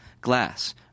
Glass